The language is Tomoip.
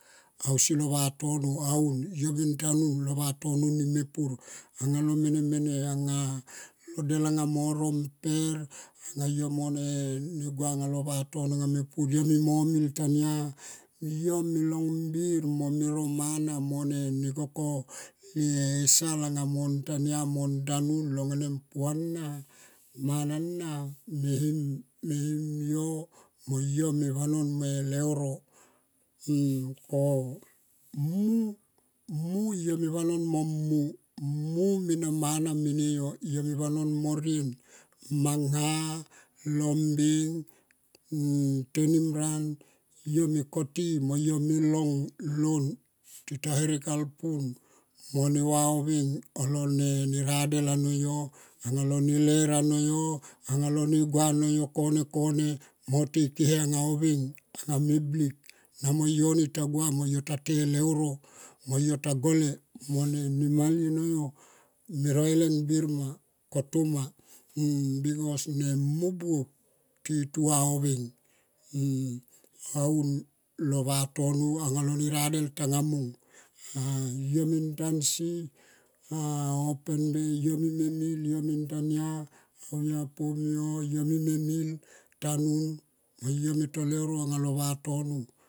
Ausi lo vatono aun yo me ntanun lo vatono ni me pur anga lo mene anga lo del anga mo ro mper anga yo mone gua alo vatono anga mepur yo mimo mil tania. Yo me long bin mo ne ro mana mo ne koko lo esal anga mon tania mon tanun long vanem puana. Mana na me him yo mo yo me vanon me leuro oh mu yo me vanon mo mum. Mu me na mana mene yo. Yo me vanon mo rien mang ha lombeng, tenimran yo me koti mo yo me long lon. Tita herek halpun mo ne vao veng alone radel ano yo alo neler ano yo alo ne gua ano yo kone kone mo te kehe anga veng anga me blik anga yoni ta gua mo ta to e leuro mo ta gole mo te leuro ano yo me roileng bir ma kotoma bikos. Em mu buop tuva oh veng aun lo vatono alo ne radel tanga mung yo men tansi ah open bay yo me mil tania au ya pomio yo mi. Ame mil tanun yo me to leuro anga lo vatono.